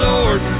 Lord